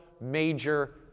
major